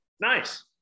Nice